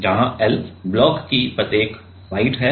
जहां L block की प्रत्येक साइड है